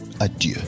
adieu